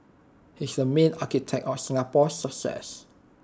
he's the main architect of Singapore's success